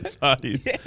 parties